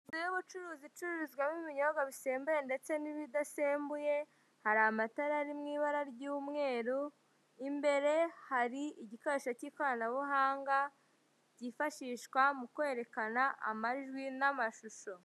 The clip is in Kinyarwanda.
Inzu y'ubucuruzi icururizwamo ibinyobwa bisembuye ndetse n'ibidasembuye hari amatara ari mw'ibara ry'umweru, imbere hari igikoresho cy'ikoranabuhanga cyifashishwa mukwerekana amajwi n'amashusho.